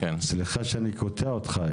סליחה שאני קוטע אותך,